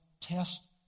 test